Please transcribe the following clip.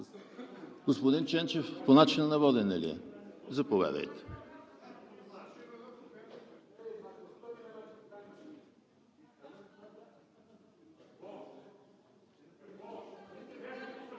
Господин Ченчев, по начина на водене ли е? Заповядайте.